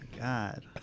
God